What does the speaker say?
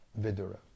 Vidura